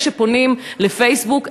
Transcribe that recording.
כשפונים לפייסבוק,